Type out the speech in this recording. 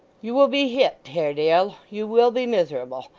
you will be hipped, haredale you will be miserable,